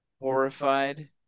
Horrified